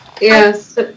yes